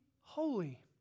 holy